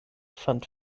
fand